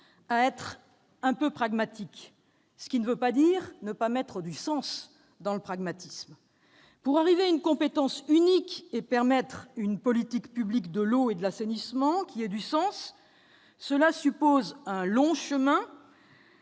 à être un peu pragmatique, ce qui ne veut pas dire qu'il ne faille pas mettre du sens dans le pragmatisme. Pour arriver à une compétence unique et permettre une politique publique de l'eau et de l'assainissement qui ait du sens, cela suppose un long chemin,